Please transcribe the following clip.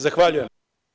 Zahvaljujem.